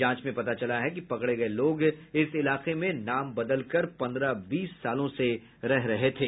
जांच में पता चला है कि पकड़े गये लोग इस इलाके में नाम बदलकर पन्द्रह बीस साल से रह रहे थे